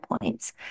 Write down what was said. points